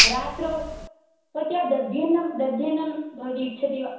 रात्रौ भवत्या दध्यन्नं दध्यन्नं भवति इच्छति वा